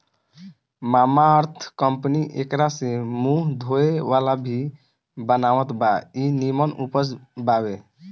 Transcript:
Mamaearth company एकरा से मुंह धोए वाला भी बनावत बा इ निमन उपज बावे